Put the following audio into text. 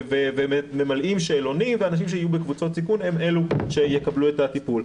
הם ממלאים שאלונים ואנשים שהם בקבוצות סיכון הם אלה שיקבלו את הטיפול.